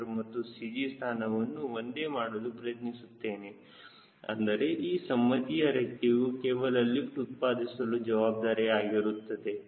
c ಮತ್ತು CG ಸ್ಥಾನವು ಒಂದೇ ಮಾಡಲು ಪ್ರಯತ್ನಿಸುತ್ತೇನೆ ಅಂದರೆ ಈ ಸಮ್ಮತಿಯ ರೆಕ್ಕೆಯು ಕೇವಲ ಲಿಫ್ಟ್ ಉತ್ಪಾದಿಸಲು ಜವಾಬ್ದಾರಿ ಆಗಿರುತ್ತದೆ